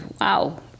wow